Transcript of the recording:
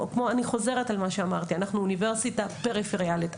אנחנו אוניברסיטה פריפריאלית,